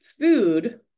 food